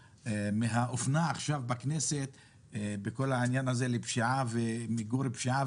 מהאופנה עכשיו בכנסת בכל העניין הזה של פשיעה ומיגור פשיעה